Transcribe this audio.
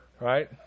Right